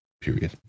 period